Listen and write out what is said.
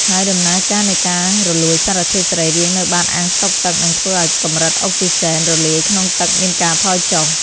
ហើយដំណើរការនៃការរលួយសារធាតុសរីរាង្គនៅបាតអាងស្តុកទឹកនឹងធ្វើឱ្យកម្រិតអុកស៊ីហ្សែនរលាយក្នុងទឹកមានការថយចុះ។